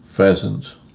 Pheasants